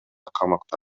камакта